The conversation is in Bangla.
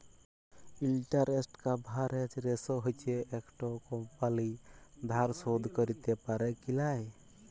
ইলটারেস্ট কাভারেজ রেসো হচ্যে একট কমপালি ধার শোধ ক্যরতে প্যারে কি লায়